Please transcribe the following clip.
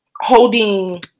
holding